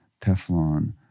Teflon